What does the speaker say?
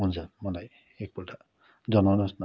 हुन्छ मलाई एकपल्ट जनाउनु होस् न